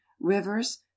rivers